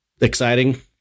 exciting